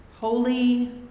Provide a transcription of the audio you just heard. Holy